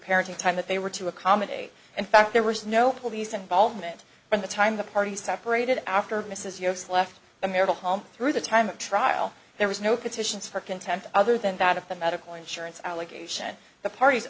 parenting time that they were to accommodate in fact there was no police involvement in the time the parties separated after mrs yost left the marital home through the time of trial there was no petitions for contempt other than that of the medical insurance allegation the parties